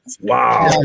Wow